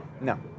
No